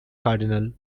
cardinal